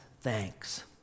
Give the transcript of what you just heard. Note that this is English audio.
thanks